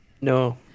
No